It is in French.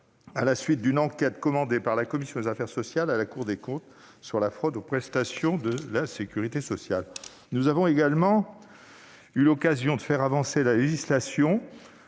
à la suite d'une enquête commandée par la commission des affaires sociales à la Cour des comptes sur la fraude aux prestations de sécurité sociale. Nous avons également eu l'occasion de faire avancer la législation